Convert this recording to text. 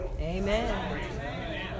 Amen